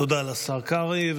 תודה לשר קרעי.